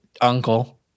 uncle